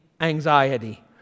Anxiety